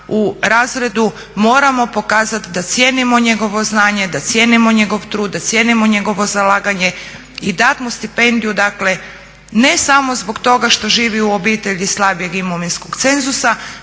u razredu, moramo pokazati da cijenimo njegovo znanje, da cijenimo njegov trud, da cijenimo njegovo zalaganje. I dati mu stipendiju dakle, ne samo zbog toga što živi u obitelji slabijeg imovinskog cenzusa